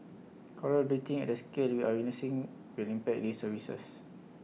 Coral bleaching at the scale we are witnessing will impact these services